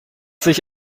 sich